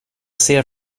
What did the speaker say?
ser